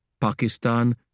Pakistan